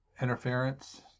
interference